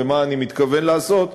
ומה אני מתכוון לעשות,